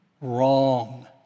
Wrong